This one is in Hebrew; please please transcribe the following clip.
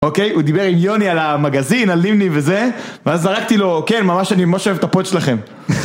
אוקיי, הוא דיבר עם יוני על המגזין, על נימני וזה ואז זרקתי לו, כן ממש אני ממש אוהב את הפוד שלכם